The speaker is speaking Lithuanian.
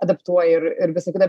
adaptuoja ir ir visa kita